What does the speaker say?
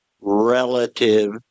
relative